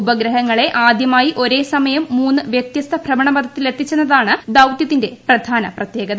ഉപഗ്രഹങ്ങളെ ആദ്യമായി ഒരേ സമയം മൂന്ന് വൃത്യസ്ത ഭ്രമണപഥത്തിലെത്തിച്ചെന്നതാണ് ദൌത്യത്തിന്റെ പ്രധാന പ്രത്യേകത